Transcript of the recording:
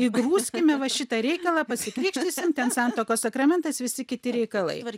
įgrūskime va šitą reikalą pasikrikštysim ten santuokos sakramentas visi kiti reikalai